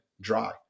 dry